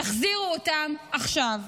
תחזירו אותם עכשיו.